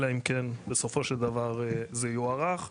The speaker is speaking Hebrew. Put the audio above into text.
אלא אם כן בסופו של דבר זה יוארך ,